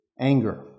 Anger